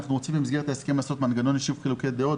אנחנו רוצים במסגרת ההסכם מנגנון יישוב חילוקי דעות,